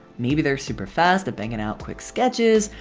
maybe they're super fast at banging out quick sketches.